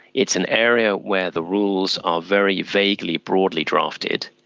it's an area where the rules are very vaguely, broadly drafted,